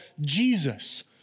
Jesus